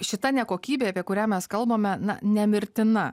šita nekokybė apie kurią mes kalbame na nemirtina